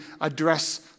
address